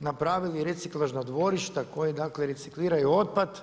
napravili reciklažna dvorišta, koji dakle, recikliraju otpad.